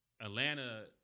Atlanta